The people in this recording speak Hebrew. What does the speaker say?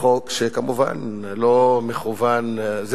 חוק שכמובן לא מכוון כלפי כלל האוכלוסייה,